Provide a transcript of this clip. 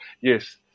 yes